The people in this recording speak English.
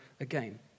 again